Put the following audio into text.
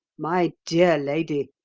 my dear lady,